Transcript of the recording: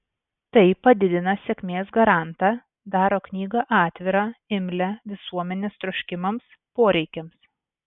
tai padidina sėkmės garantą daro knygą atvirą imlią visuomenės troškimams poreikiams